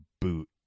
boot